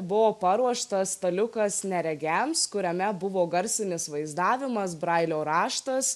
buvo paruoštas staliukas neregiams kuriame buvo garsinis vaizdavimas brailio raštas